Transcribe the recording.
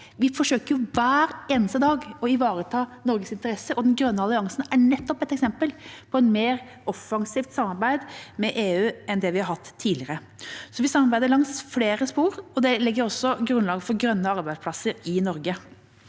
Vi forsøker hver eneste dag å ivareta Norges interesser, og den grønne alliansen er nettopp et eksempel på et mer offensivt samarbeid med EU enn det vi har hatt tidligere. Vi samarbeider langs flere spor, og det legger også grunnlag for grønne arbeidsplasser i Norge.